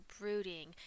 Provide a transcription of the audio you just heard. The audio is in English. brooding